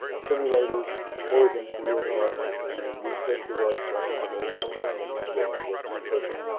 simulators or against the real devices. and we've tested axe on on all those platforms as well. it works perfect.